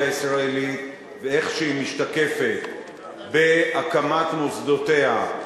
הישראלית ואיך שהיא משתקפת בהקמת מוסדותיה,